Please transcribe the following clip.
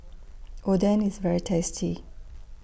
Oden IS very tasty